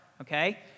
Okay